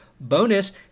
Bonus